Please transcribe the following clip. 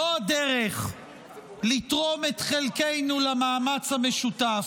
זו הדרך לתרום את חלקנו למאמץ המשותף.